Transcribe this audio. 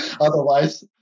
Otherwise